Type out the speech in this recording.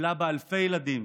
טיפלה באלפי ילדים,